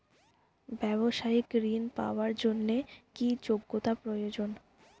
ব্যবসায়িক ঋণ পাওয়ার জন্যে কি যোগ্যতা প্রয়োজন?